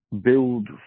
build